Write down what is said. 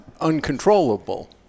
uncontrollable